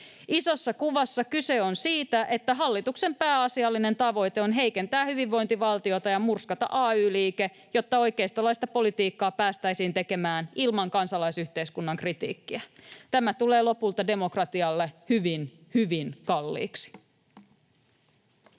Isossa kuvassa kyse on siitä, että hallituksen pääasiallinen tavoite on heikentää hyvinvointivaltiota ja murskata ay-liike, jotta oikeistolaista politiikkaa päästäisiin tekemään ilman kansalaisyhteiskunnan kritiikkiä. Tämä tulee lopulta demokratialle hyvin hyvin kalliiksi.